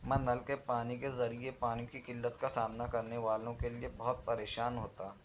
میں نل کے پانی کے ذریعے پانی کی قلت کا سامنا کرنے والوں کے لیے بہت پریشان ہوتا